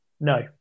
No